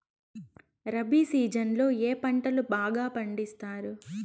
rabi season లో ఏ పంటలు బాగా పండిస్తారు